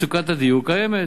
מצוקת הדיור קיימת,